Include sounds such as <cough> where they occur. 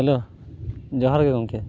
hello ᱡᱚᱦᱟᱨ ᱜᱮ ᱜᱚᱢᱠᱮ <unintelligible>